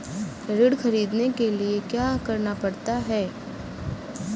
ऋण ख़रीदने के लिए क्या करना पड़ता है?